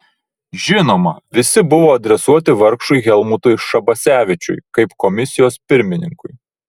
žinoma visi buvo adresuoti vargšui helmutui šabasevičiui kaip komisijos pirmininkui